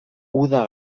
uda